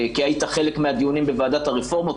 כי היית חלק מהדיונים בוועדת הרפורמות.